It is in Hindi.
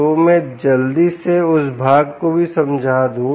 तोमैं जल्दी से उस भाग को भी समझा दूं